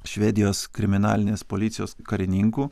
švedijos kriminalinės policijos karininku